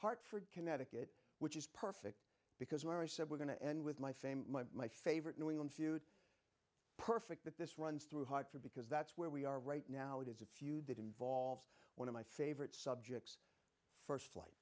hartford connecticut which is perfect because where i said we're going to end with my fame my favorite new england feud perfect that this runs through hard for because that's where we are right now it is a feud that involves one of my favorite subjects st flight